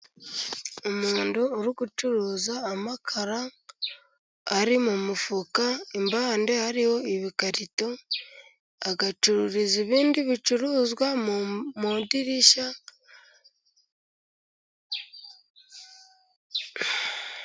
Umuntu uri gucuruza amakara ari mu mufuka, impande hariho ibikarito, agacururiza ibindi bicuruzwa mu idirishya.